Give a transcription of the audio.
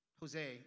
Jose